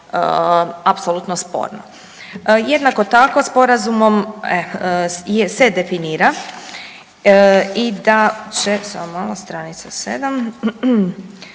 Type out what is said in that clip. apsolutno sporno. Jednako tako sporazumom se definira i da će, samo malo, stranica 7.,